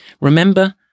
Remember